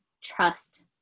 trust